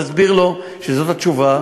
תסביר לו שזאת התשובה.